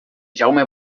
jaume